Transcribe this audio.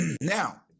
Now